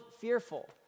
fearful